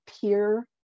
peer